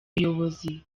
umuyobozi